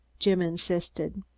jim insisted.